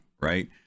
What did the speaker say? right